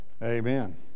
Amen